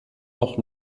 noch